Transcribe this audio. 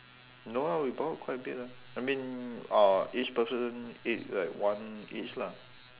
no ah we bought quite a bit ah I mean uh each person eat like one each lah